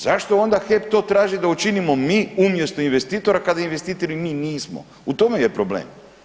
Zašto onda to HEP to traži da učinimo mi umjesto investitora kad investitori mi nismo, u tome je problem.